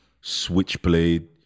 Switchblade